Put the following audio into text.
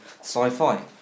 sci-fi